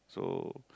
so